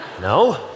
No